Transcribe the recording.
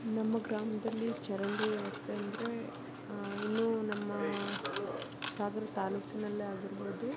ನಮ್ಮ ಗ್ರಾಮದಲ್ಲಿ ಚರಂಡಿ ವ್ಯವಸ್ಥೆ ಅಂದರೆ ಇನ್ನೂ ನಮ್ಮ ಸಾಗರ ತಾಲ್ಲೂಕಿನಲ್ಲೇ ಆಗಿರ್ಬೋದು